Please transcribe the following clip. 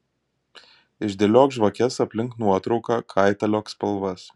išdėliok žvakes aplink nuotrauką kaitaliok spalvas